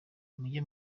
mujye